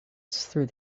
through